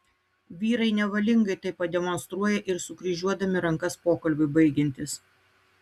vyrai nevalingai tai pademonstruoja ir sukryžiuodami rankas pokalbiui baigiantis